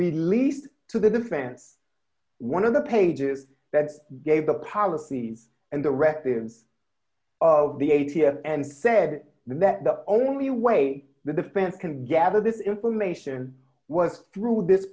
released to the defense one of the pages that gave d the policies and directives of the a t f and said that the only way the defense can gather this information was through this